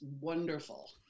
wonderful